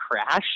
crash